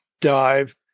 dive